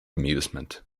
amusement